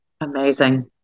Amazing